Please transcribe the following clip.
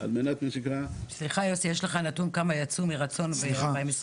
על מנת- -- סליחה יוסי יש לך נתון כמה יצאו מרצון ב-2022?